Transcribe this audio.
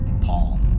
Paul